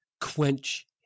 quench